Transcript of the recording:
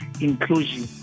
inclusion